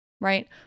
right